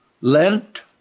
Lent